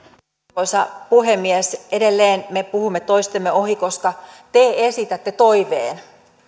arvoisa puhemies edelleen me puhumme toistemme ohi koska te esitätte toiveen